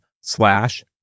slash